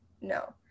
No